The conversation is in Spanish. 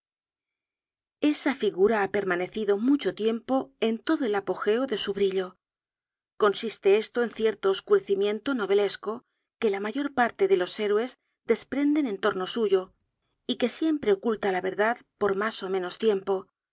esa figura ha permanecido mucho tiempo en todo el apogeo de su brillo consiste esto en cierto oscurecimiento novelesco que la mayor parte de los héroes desprenden en torno suyo y que siempre oculta la verdad por mas ó menos tiempo